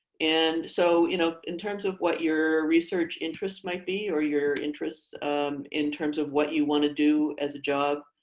and so you know in terms of what your research interests might be, or your interests in terms of what you want to do as a job,